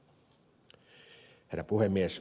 herra puhemies